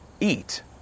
eat